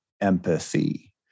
empathy